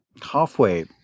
halfway